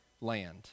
land